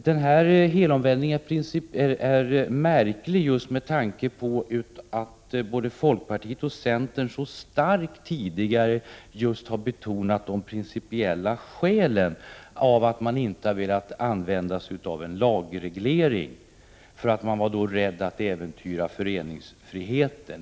Denna helomvändning är märklig just med tanke på att både folkpartiet och centern så starkt tidigare har betonat just de principiella skälen för att man inte har velat använda sig av en lagreglering — man var då rädd för att äventyra föreningsfriheten.